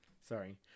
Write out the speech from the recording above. Sorry